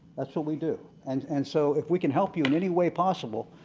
that's what we do. and and so if we can help you in any way possible,